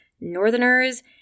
Northerners